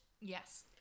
Yes